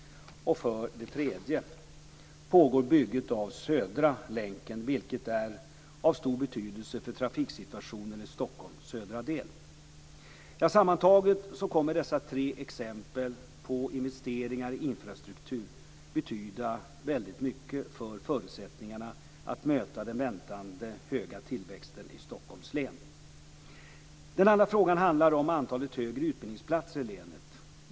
För det tredje pågår bygget av Södra länken, vilket är av stor betydelse för trafiksituationen i Stockholms södra del. Sammantaget kommer dessa tre investeringar i infrastruktur betyda väldigt mycket för förutsättningarna att möta den väntade höga tillväxten i Stockholms län. Den andra frågan handlar om antalet högre utbildningsplatser i länet.